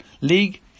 league